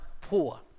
poor